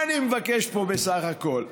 מה אני מבקש פה, בסך הכול?